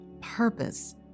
purpose